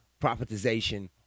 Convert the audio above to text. profitization